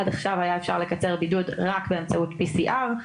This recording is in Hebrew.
עד עכשיו אפשר היה לקצר בידוד רק באמצעות PCR,